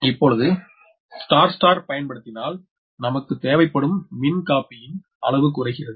இப்பொழுது star star பயன்படுத்தினால் நமக்கு தேவைப்படும் மின்காப்பியின் அளவு குறைகிறது